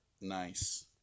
Nice